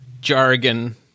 jargon